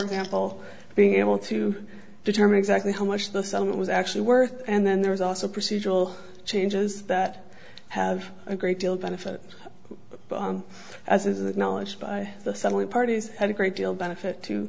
example being able to determine exactly how much the settlement was actually worth and then there was also procedural changes that have a great deal benefit as is the knowledge by the suddenly parties had a great deal benefit to